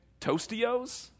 Toastios